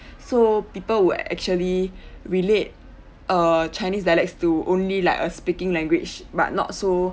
so people were actually relate uh chinese dialects to only like a speaking language but not so